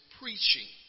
preaching